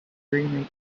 dream